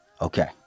Okay